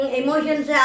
emotions